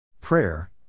Prayer